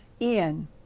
Ian